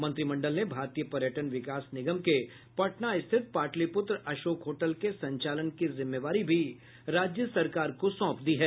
मंत्रिमंडल ने भारतीय पर्यटन विकास निगम के पटना स्थित पाटलिपुत्र अशोक होटल के संचालन की जिम्मेवारी भी राज्य सरकार को सौंप दी है